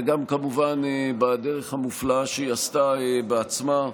וגם כמובן בדרך המופלאה שהיא עשתה בעצמה.